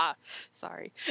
sorry